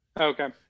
okay